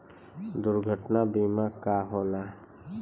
दुर्घटना बीमा का होला?